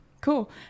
Cool